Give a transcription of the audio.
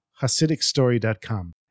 HasidicStory.com